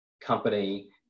company